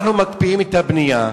אנחנו מקפיאים את הבנייה,